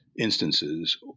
Instances